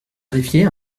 greffiers